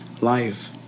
life